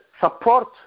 support